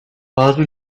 bazı